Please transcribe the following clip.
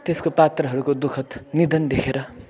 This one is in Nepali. त्यस्को पात्रहरूको दुख्द निधन देखेर